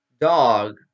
Dog